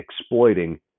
exploiting